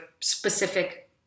specific